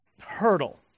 hurdle